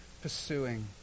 pursuing